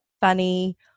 funny